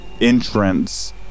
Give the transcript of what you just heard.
entrance